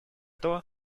того